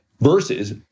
versus